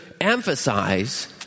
emphasize